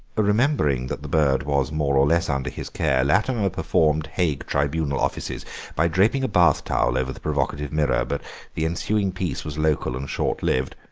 remembering that the bird was more or less under his care latimer performed hague tribunal offices by draping a bath-towel over the provocative mirror, but the ensuing peace was local and short-lived.